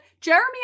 Jeremy